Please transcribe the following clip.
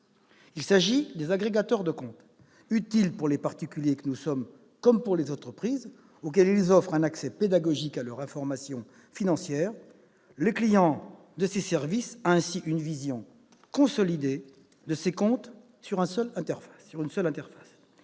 Il s'agit des agrégateurs de comptes, utiles pour les particuliers que nous sommes comme pour les entreprises, auxquels ils offrent un accès pédagogique à leurs informations financières. Le client de ces services a ainsi une vision consolidée de ses comptes sur une seule interface.